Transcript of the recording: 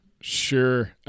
Sure